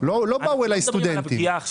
לא באו אליי סטודנטים.